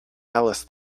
alice